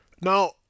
Now